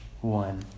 one